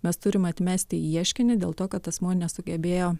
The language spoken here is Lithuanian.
mes turim atmesti ieškinį dėl to kad asmuo nesugebėjo